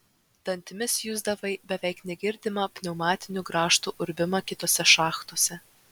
dantimis jusdavai beveik negirdimą pneumatinių grąžtų urbimą kitose šachtose